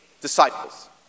disciples